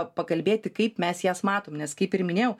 pakalbėti kaip mes jas matom nes kaip ir minėjau